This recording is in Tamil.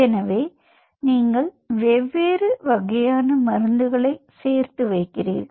எனவே நீங்கள் வெவ்வேறு வகையான மருந்துகளை சேர்த்து வைக்கிறீர்கள்